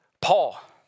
Paul